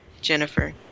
Jennifer